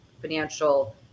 financial